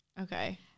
Okay